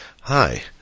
Hi